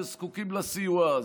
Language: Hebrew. שזקוקים לסיוע הזה.